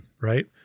Right